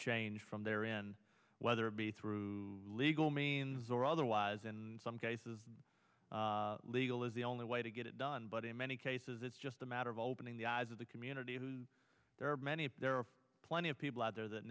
change from their end whether it be through legal means or otherwise and some cases legal is the only way to get it done but in many cases it's just a matter of opening the eyes of the community who there are many there are plenty of people out there that